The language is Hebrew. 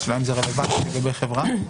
השאלה אם זה רלוונטי לגבי חברה.